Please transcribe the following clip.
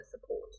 support